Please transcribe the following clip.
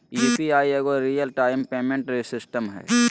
UPI एगो real time payment system हइ